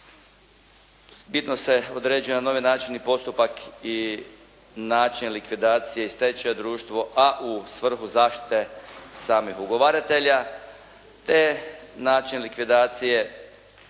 Bitno se određuje na novi način i postupak i način likvidacije i stečaja društvo, a u svrhu zaštite samih ugovaratelja, te način likvidacije